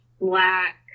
black